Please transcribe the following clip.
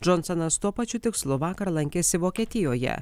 džonsonas tuo pačiu tikslu vakar lankėsi vokietijoje